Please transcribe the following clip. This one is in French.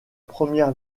première